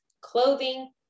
clothing